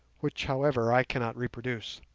which, however, i cannot reproduce.